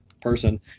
person